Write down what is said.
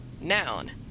Noun